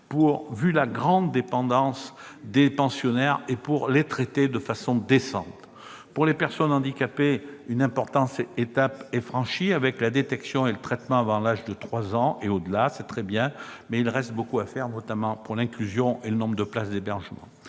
de la grande dépendance des pensionnaires, qu'il faut traiter de manière décente. Pour les personnes handicapées, une importante étape est franchie avec la détection et le traitement, avant l'âge de 3 ans et au-delà. C'est très bien. Mais il reste encore beaucoup à faire, notamment pour l'inclusion et le nombre de places d'hébergement.